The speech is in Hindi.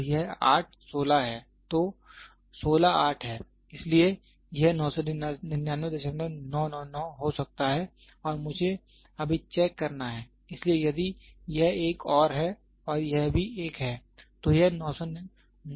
तो 16 8 है इसलिए यह 999999 हो सकता है और मुझे अभी चेक करना है इसलिए यदि यह एक और है और यह भी एक है